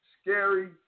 scary